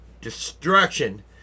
destruction